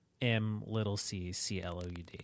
M-little-c-c-l-o-u-d